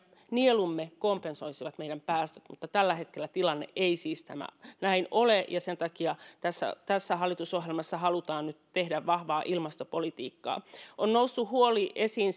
nielumme kompensoisivat meidän päästöt mutta tällä hetkellä tilanne ei siis näin ole ja sen takia tässä tässä hallitusohjelmassa halutaan nyt tehdä vahvaa ilmastopolitiikkaa on noussut huoli esiin